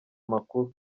amakuru